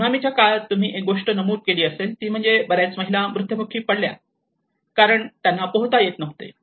सुनामीच्या काळात तुम्ही एक गोष्ट नमूद केली असेल ती म्हणजे बऱ्याच महिला मृत्युमुखी पडल्या कारण त्यांना पोहता येत नव्हते